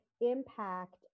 impact